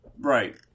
Right